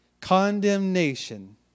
Condemnation